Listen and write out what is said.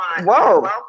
whoa